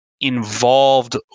involved